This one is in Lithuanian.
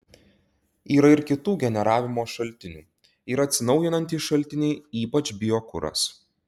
yra ir kitų generavimo šaltinių yra atsinaujinantys šaltiniai ypač biokuras